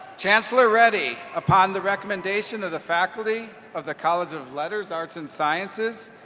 chancellor reddy, upon the recommendation of the faculty of the college of letters, arts and sciences,